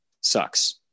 sucks